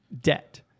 debt